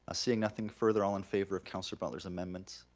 seeing nothing further, all in favor of councilor butler's amendments?